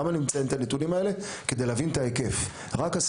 למה אני מציין את הנתונים האלה?